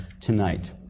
tonight